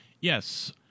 Yes